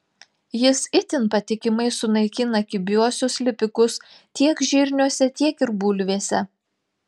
jis itin patikimai sunaikina kibiuosius lipikus tiek žirniuose tiek ir bulvėse